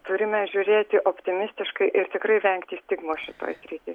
turime žiūrėti optimistiškai ir tikrai vengti stigmos šitoj srity